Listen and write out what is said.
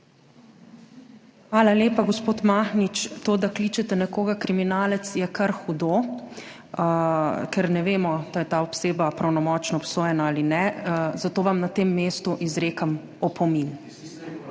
Hvala lepa, gospod Mahnič. To, da kličete nekoga kriminalec, je kar hudo, ker ne vemo, da je ta oseba pravnomočno obsojena ali ne. Zato vam na tem mestu izrekam opomin.